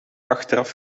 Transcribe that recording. achteraf